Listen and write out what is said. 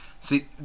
See